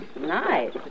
Nice